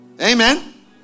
Amen